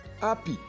happy